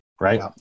right